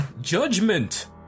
Judgment